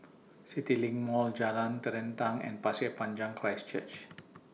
CityLink Mall Jalan Terentang and Pasir Panjang Christ Church